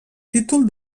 títol